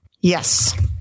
yes